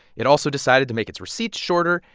it also decided to make its receipts shorter.